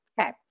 Okay